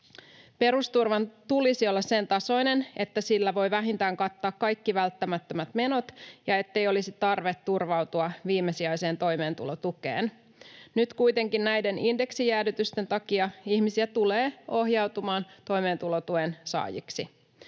Perusturvan tulisi olla sen tasoinen, että sillä voi vähintään kattaa kaikki välttämättömät menot ja ettei olisi tarve turvautua viimesijaiseen toimeentulotukeen. Nyt kuitenkin näiden indeksijäädytysten takia ihmisiä tulee ohjautumaan toimeentulotuen saajiksi.